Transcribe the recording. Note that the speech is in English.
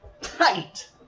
tight